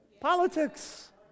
politics